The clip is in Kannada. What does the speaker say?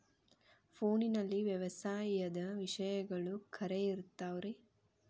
ಫೋನಲ್ಲಿ ವ್ಯವಸಾಯದ ವಿಷಯಗಳು ಖರೇ ಇರತಾವ್ ರೇ?